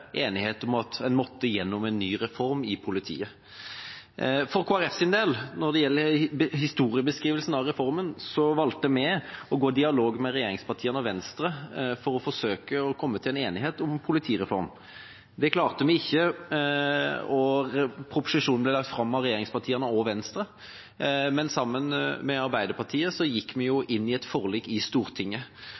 enighet om at en måtte igjennom en ny reform i politiet. Når det gjelder historiebeskrivelsen av reformen, valgte Kristelig Folkeparti å gå i dialog med regjeringspartiene og Venstre for å forsøke å komme til en enighet om en politireform. Det klarte vi ikke, og proposisjonen ble lagt fram av regjeringspartiene og Venstre. Men sammen med Arbeiderpartiet gikk vi inn i et forlik i Stortinget,